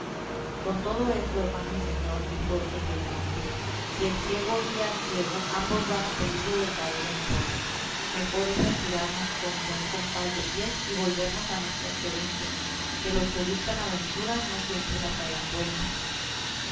con todo eso hermano y señor dijo el del bosque si el ciego guía al ciego ambos van a peligro de caer en el hoyo mejor es retirarnos con buen compás de pies y volvernos a nuestras querencias que los que buscan aventuras no siempre las hallan buenas